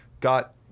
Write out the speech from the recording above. got